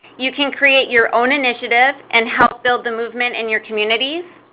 you can create your own initiatives and help build the movement in your communities.